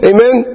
Amen